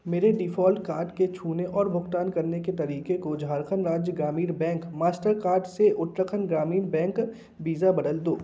मेरे default card के छूने और भुगतान करने के तरीके को Jharkhand Rajya Gramin bank Mastercard से उत्तराखंड ग्रामीण बैंक वीज़ा बदल दो